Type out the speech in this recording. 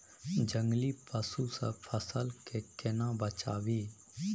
जंगली पसु से फसल के केना बचावी?